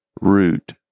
root